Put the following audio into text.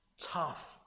tough